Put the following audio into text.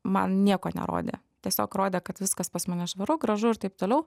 man nieko nerodė tiesiog rodė kad viskas pas mane švaru gražu ir taip toliau